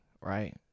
right